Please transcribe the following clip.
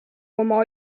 oma